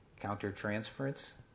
countertransference